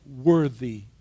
worthy